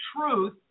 truth